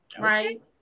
right